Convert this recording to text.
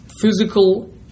physical